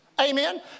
Amen